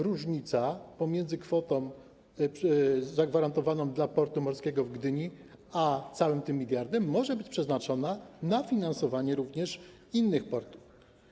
Różnica pomiędzy kwotą zagwarantowaną dla portu morskiego w Gdyni a całym tym miliardem może być przeznaczona na finansowanie również innych portów.